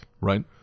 right